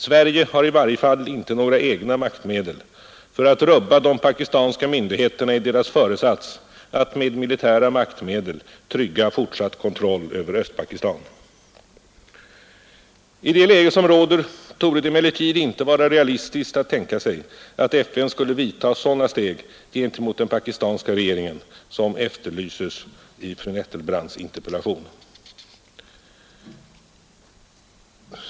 Sverige har i varje fall inte några egna maktmedel för att rubba de pakistanska myndigheterna i deras föresats att med militära maktmedel trygga fortsatt kontroll över Östpakistan. I det läge som råder torde det emellertid inte vara realistiskt att tänka sig att FN skulle vidta sådana steg gentemot den pakistanska regeringen som efterlyses i fru Nettelbrandts interpellation.